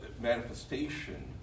manifestation